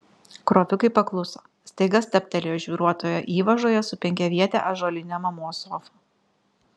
krovikai pakluso staiga stabtelėjo žvyruotoje įvažoje su penkiaviete ąžuoline mamos sofa